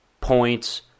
points